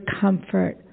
comfort